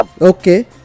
okay